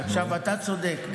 עכשיו, אתה צודק.